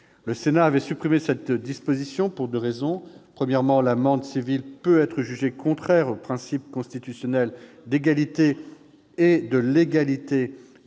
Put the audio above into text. Le Sénat avait supprimé cette disposition pour deux raisons. Premièrement, l'amende civile peut être jugée contraire aux principes constitutionnels d'égalité et de légalité des délits